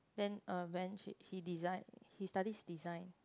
then uh when she he design he studies design